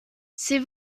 c’est